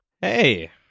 Hey